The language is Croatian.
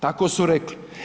Tako su rekli.